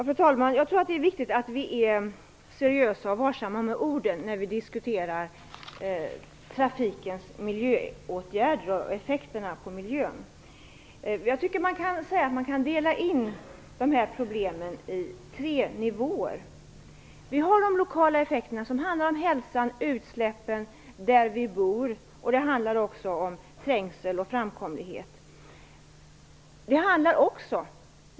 Fru talman! Jag tror att det är viktigt att vi är seriösa och varsamma med orden när vi diskuterar trafikens effekter på miljön. Man kan dela in de här problemen i tre nivåer. Vi har de lokala effekterna, dvs. effekterna på hälsan, utsläppen där vi bor och trängsel och framkomlighet.